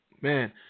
Man